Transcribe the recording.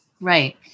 Right